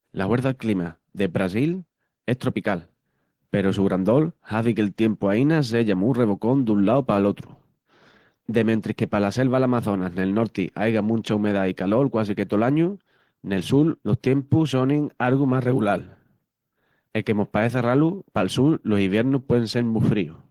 La huerça'l clima de Brasil es tropical, peru su grandol hazi que'l tiempu aina seya mu revocón dun lau pal otru. De mentris que pala selva l'Amazonas nel norti aiga muncha umedá i calol quasique tol añu, nel sul los tiempus sonin argu más regulal. Enque mos paeça ralu, pal sul los iviernus puein sel mu fríus.